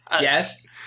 Yes